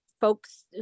folks